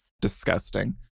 Disgusting